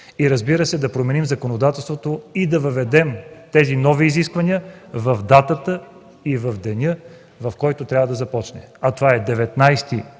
съюз, да променим законодателството и да въведем тези нови изисквания в датата и деня, в който трябва да започнат, а това е 19